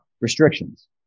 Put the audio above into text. restrictions